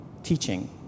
teaching